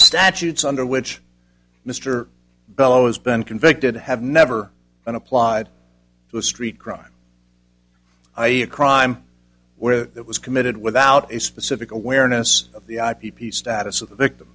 statutes under which mr bello has been convicted have never been applied to a street crime i e a crime where that was committed without a specific awareness of the i p p status of the victim